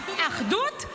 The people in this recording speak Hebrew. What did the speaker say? אחדות?